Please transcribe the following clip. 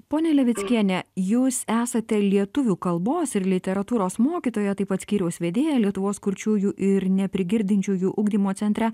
ponia levickiene jūs esate lietuvių kalbos ir literatūros mokytoja taip pat skyriaus vedėja lietuvos kurčiųjų ir neprigirdinčiųjų ugdymo centre